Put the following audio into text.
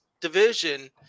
division